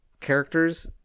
characters